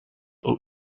aux